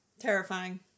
Terrifying